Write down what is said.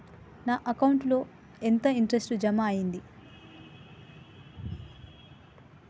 నా అకౌంట్ ల ఎంత ఇంట్రెస్ట్ జమ అయ్యింది?